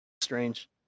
Strange